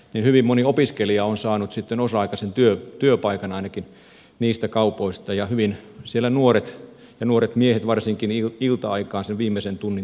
ainakin hyvin moni opiskelija on saanut sitten osa aikaisen työpaikan niistä kaupoista ja hyvin siellä nuoret ja varsinkin nuoret miehet ilta aikaan sen viimeisen tunnin tekevät